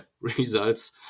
results